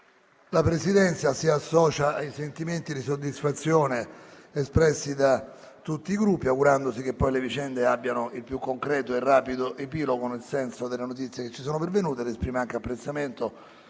La Presidenza si associa ai sentimenti di soddisfazione espressi da tutti i Gruppi, augurandosi che le vicende abbiano il più concreto e rapido epilogo nel senso delle notizie che ci sono pervenute. La Presidenza esprime anche apprezzamento